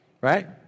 right